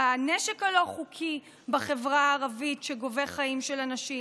בנשק הלא-חוקי בחברה הערבית שגובה חיים של אנשים.